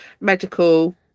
medical